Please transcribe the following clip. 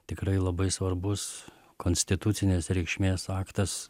tikrai labai svarbus konstitucinės reikšmės aktas